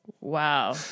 wow